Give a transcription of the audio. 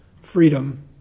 freedom